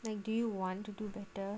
like do you want to do better